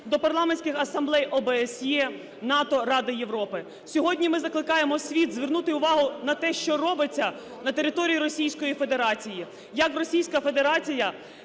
до парламентських асамблей ОБСЄ, НАТО, Ради Європи. Сьогодні ми закликаємо світ звернути увагу на те, що робиться на території Російської Федерації. Як Російська Федерація,